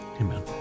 Amen